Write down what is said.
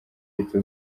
leta